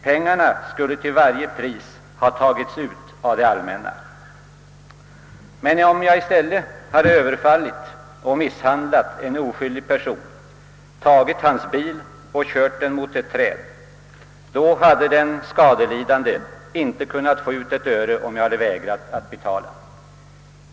Pengarna skulle till varje pris ha tagits ut av det allmänna. Men om jag i stället hade överfallit och misshandlat en oskyldig person, tagit hans bil och kört den mot ett träd, så hade den skadelidande inte kunnat få ut ett öre genom införsel, om jag hade vägrat att betala.